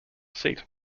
seat